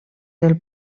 del